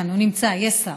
הוא נמצא, יש שר.